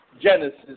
Genesis